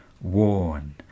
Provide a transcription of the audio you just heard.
Worn